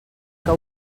que